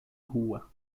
rua